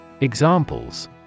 Examples